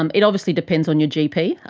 um it obviously depends on your gp,